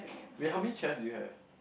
wait how many chairs do you have